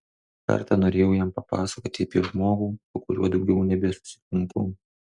kartą norėjau jam papasakoti apie žmogų su kuriuo daugiau nebesusitinku